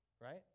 right